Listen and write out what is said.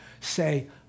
say